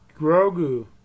Grogu